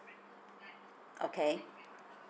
okay